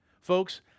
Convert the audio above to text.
Folks